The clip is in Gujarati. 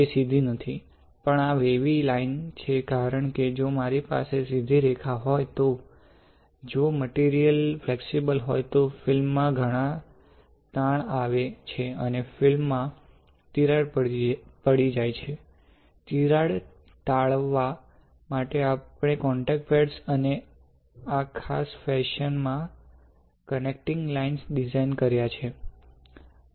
તે સીધી નથી પણ એક વેવી લાઇન છે કારણ કે જો મારી પાસે સીધી રેખા હોય તો જો મટીરિયલ ફ્લેક્સિબલ હોય તો ફિલ્મ માં ઘણાં તાણ આવે છે અને ફિલ્મ મા તિરાડ પડી જાય છે તિરાડ ટાળવા માટે આપણે કોંટેક્ટ પેડ્સ અને આ ખાસ ફેશન માં કનેક્ટિંગ લાઇન ડિઝાઇન કર્યા છે